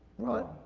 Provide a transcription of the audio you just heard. ron,